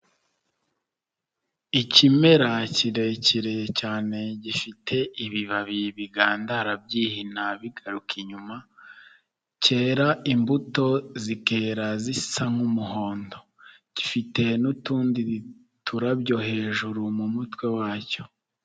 Ikimera kirekire cyane gifite ibibabi bigandara byihina bigaruka inyuma cyera imbuto zikera zisa nkumuhondo gifite n'utundi turabyo hejuru mu umutwe wacyo.